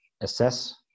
assess